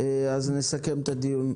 אני מסכם את הדיון.